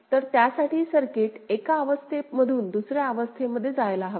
तर त्यासाठी सर्किट एका अवस्थेमधून दुसर्या अवस्थेमध्ये जायला हवे